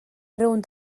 rownd